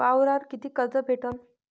वावरावर कितीक कर्ज भेटन?